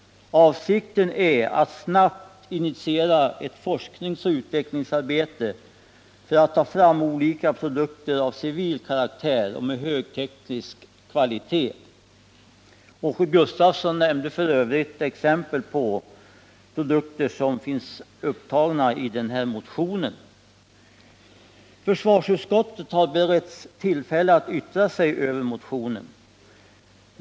Avsikten är att snabbt initiera ett forskningsoch utvecklingsarbete för att ta fram olika produkter av civil karaktär med hög teknisk kvalitet. Åke Gustavsson nämnde f. ö. exempel på produkter som finns upptagna i den här motionen. Försvarsutskottet har beretts tillfälle att yttra sig över motionen.